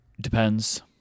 Depends